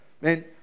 Man